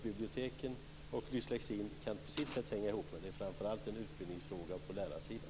Biblioteken och dyslexin kan hänga ihop på sitt sätt, men frågan om dyslexi är framför allt en utbildningsfråga som gäller lärarsidan.